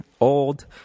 old